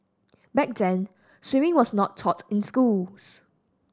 back then swimming was not taught in schools